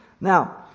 Now